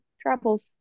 travels